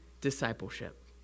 discipleship